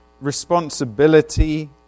responsibility